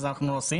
אנחנו מפנים,